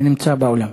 שנמצא באולם.